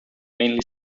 mainly